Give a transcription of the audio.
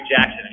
Jackson